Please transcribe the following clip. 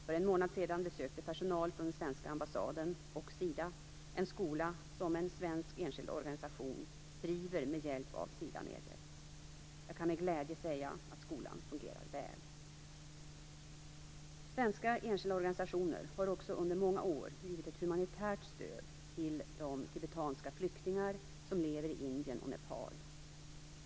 För en månad sedan besökte personal från den svenska ambassaden och Sida en skola som en svensk enskild organisation driver med hjälp av Sida-medel. Jag kan med glädje säga att skolan fungerar väl. Svenska enskilda organisationer har också under många år givit ett humanitärt stöd till de tibetanska flyktingar som lever i Indien och Nepal.